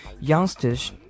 youngsters